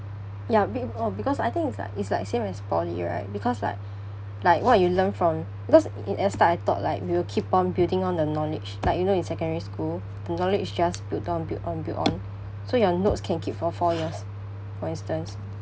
ya be~ o~ because I think it's like it's like same as poly right because like like what you learn from because in at the start I thought like we will keep on building on the knowledge like you know in secondary school knowledge just build on build on build on so your notes can keep for four years for instance